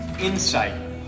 insight